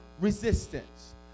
resistance